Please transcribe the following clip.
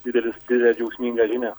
didelis didelė džiaugsminga žinia